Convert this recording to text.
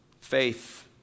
faith